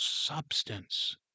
substance